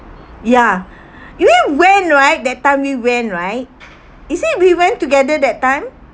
ya we went right that time we went right is it we went together that time